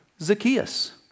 Zacchaeus